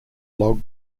log